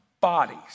bodies